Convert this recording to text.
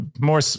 more